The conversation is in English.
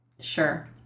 Sure